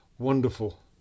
wonderful